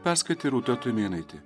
perskaitė rūta tumėnaitė